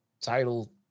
title